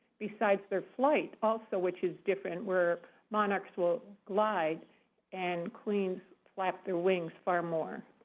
besides their flight, also which is different, where monarchs will glide and queens flap their wings far more.